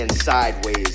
sideways